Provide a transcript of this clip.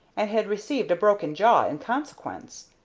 and had received a broken jaw in consequence.